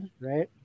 right